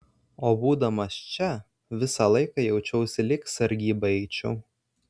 o būdamas čia visą laiką jaučiausi lyg sargybą eičiau